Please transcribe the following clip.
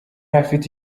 afite